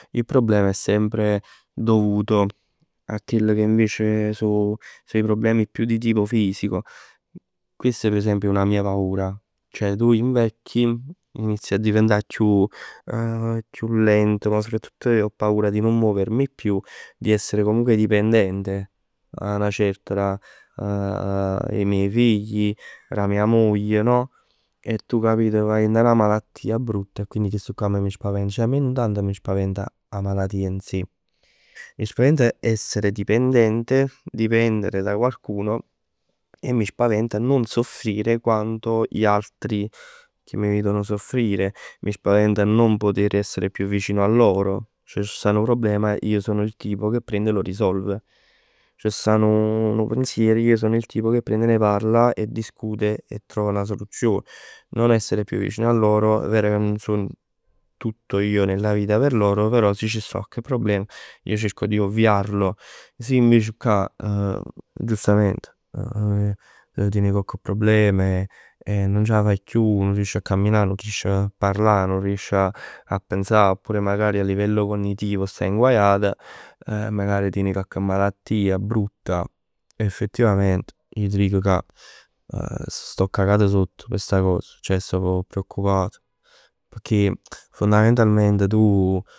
Il problema è sempre dovuto a chell che è semp so 'e problem più di tipo fisico. Questo per esempio è una mia paura. Ceh tu invecchi, inizi a diventà chiù, chiù lento. Ma soprattutto ho paura di non muovermi più. Di essere comunque dipendente 'a 'na certa dei miei figli, 'a mia moglie no? E tu capito vaje dint 'a 'na malattia brutta e questo qua mi spaventa. A me non tanto mi spaventa 'a malatia in sè. Mi spaventa essere dipendente, dipendere da qualcuno e mi spaventa non soffrire quanto gli altri che mi vedono soffrire. Mi spaventa non poter essere più vicino a loro. Ceh c' sta nu problema, io sono il tipo che prende e lo risolve. C' sta nu pensier, io sono il tipo che prende, parla e discute e trova 'na soluzion. Non essere più vicino a loro, è vero che non so tutto io nella vita per loro, però se c' sta cocche problema, io cerco di ovviarlo. Se invece ccà giustament tien cocche problem e nun c' 'a faje chiù, nun riesc a camminà, nun riesc 'a parlà, nun riesc a pensà. Oppur magari a livello cognitivo staje nguajat, magari tieni cocche malattia brutta, effettivament ij t' ric che sto cacat sott p' sta cos. Ceh sto preoccupat, pecchè fondamentalment tu.